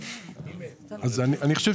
אני חושב